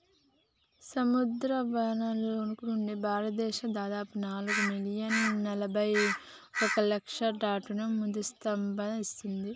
సముద్రవనరుల నుండి, భారతదేశం దాదాపు నాలుగు మిలియన్ల నలబైఒక లక్షల టన్నుల మత్ససంపద ఇస్తుంది